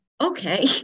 Okay